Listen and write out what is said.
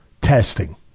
testing